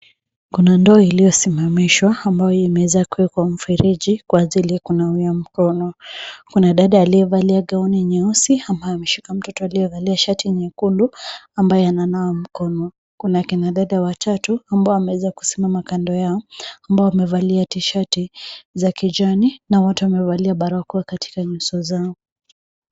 Kuna ndoo iliyosimamishwa ambayo imeweza kuwekwa mfereji kwa ajili ya kunawia mikono. Kuna dada aliyevalia gauni nyeusi ambaye ameshikilia mtoto aliyevalia shati nyekundu ambaye ananawa mkono. Kuna kina dada watatu amabo wameweza kusimama kando yao ambao wamevalia tishati za kijani na wote wamevalia barakoa katika nyuso zao.